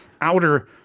outer